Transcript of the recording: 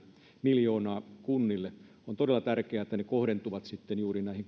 miljoonaa kunnille on todella tärkeää että ne kohdentuvat sitten juuri näihin